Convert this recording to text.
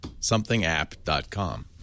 somethingapp.com